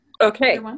Okay